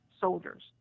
soldiers